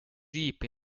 deep